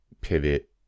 pivot